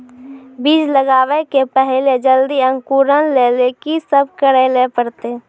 बीज लगावे के पहिले जल्दी अंकुरण लेली की सब करे ले परतै?